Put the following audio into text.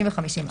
50 ו-50(א).